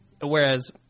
whereas